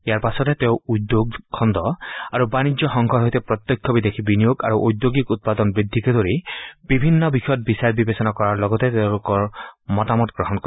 ইয়াৰ পাছতে তেওঁ উদ্যোগ খণ্ড আৰু বাণিজ্য সংঘৰ সৈতে প্ৰত্যক্ষ বিদেশী বিনিয়োগ আৰু ঔদ্যোগিক উৎপাদন বৃদ্ধিকে ধৰি বিভিন্ন বিষয়ত বিচাৰ বিবেচনা কৰাৰ লগতে তেওঁলোকৰ মতামত গ্ৰহণ কৰিব